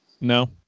No